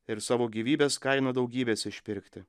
ir savo gyvybės kaina daugybės išpirkti